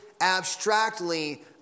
abstractly